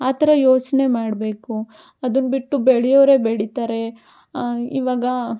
ಆ ಥರ ಯೋಚನೆ ಮಾಡಬೇಕು ಅದನ್ನು ಬಿಟ್ಟು ಬೆಳಿಯೋರೆ ಬೆಳಿತಾರೆ ಈಗ